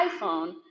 iPhone